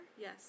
Yes